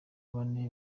bane